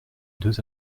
deux